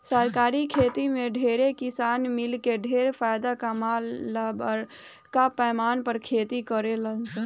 सरकारी खेती में ढेरे किसान मिलके ढेर फायदा कमाए ला बरका पैमाना पर खेती करेलन सन